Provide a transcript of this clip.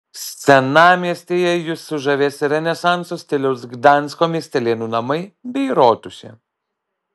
senamiestyje jus sužavės renesanso stiliaus gdansko miestelėnų namai bei rotušė